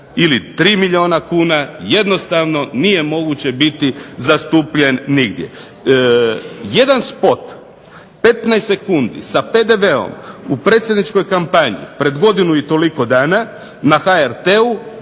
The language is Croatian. ili 3 milijuna kuna jednostavno nije moguće biti zastupljen nigdje. Jedan spot, 15 sekundi sa PDV-om u predsjedničkoj kampanji pred godinu i toliko dana, na HRT-u